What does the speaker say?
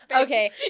okay